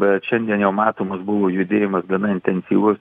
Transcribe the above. bet šiandien jau matomas buvo judėjimas gana intensyvus